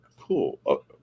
cool